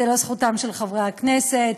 זו לא זכותם של חברי הכנסת,